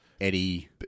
Eddie